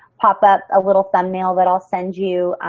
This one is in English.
pop up a little thumbnail that i'll send you,